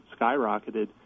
skyrocketed